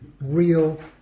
real